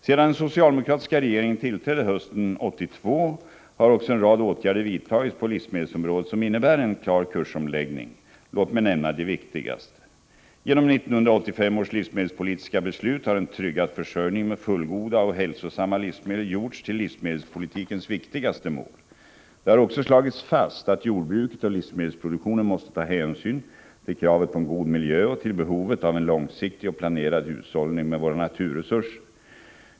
Sedan den socialdemokratiska regeringen tillträdde hösten 1982 har också en rad åtgärder vidtagits på livsmedelsområdet som innebär en klar kursomläggning. Låt mig nämna de viktigaste. Genom 1985 års livsmedelspolitiska beslut har en tryggad försörjning med fullgoda och hälsosamma livsmedel gjorts till livsmedelspolitikens viktigaste mål. Det har också slagits fast att jordbruket och livsmedelsproduktionen måste ta hänsyn till kravet på en god miljö och till behovet av en långsiktig och planerad hushållning med våra naturresurser.